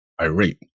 irate